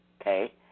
okay